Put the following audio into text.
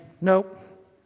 nope